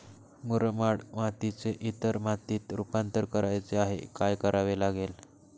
मुरमाड मातीचे इतर मातीत रुपांतर करायचे आहे, काय करावे लागेल?